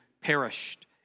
perished